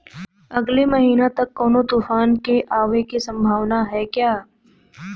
अगले महीना तक कौनो तूफान के आवे के संभावाना है क्या?